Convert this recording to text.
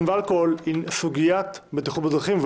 עם סמים ואלכוהול סוגיית בטיחות בדרכים,